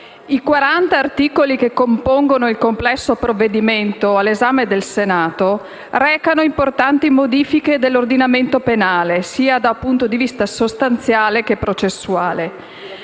i quaranta articoli che compongono il complesso provvedimento all'esame del Senato recano importanti modifiche dell'ordinamento penale, dal punto di vista sia sostanziale che processuale.